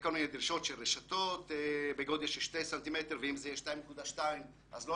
כל מיני דרישות של רשתות בגודל של שניט סנטימטרים ואם הן יהיו 2.2,